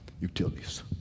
Utilities